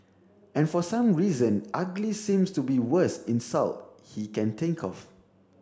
and for some reason ugly seems to be worst insult he can think of